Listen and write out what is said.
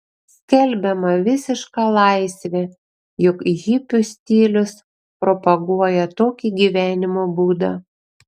skelbiama visiška laisvė juk hipių stilius propaguoja tokį gyvenimo būdą